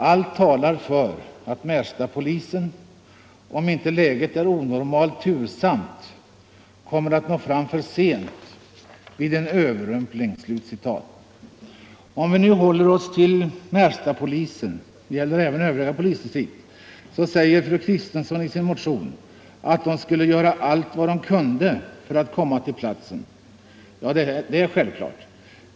Allt talar för att Märstapolisen — om inte läget är onormalt tursamt — kommer att nå fram för sent vid en överrumpling.” Märstapolisen — det gäller även övriga polisdistrikt — säger fru Kristensson i sin motion, skulle göra allt vad den kunde för att komma till platsen. Det är självklart.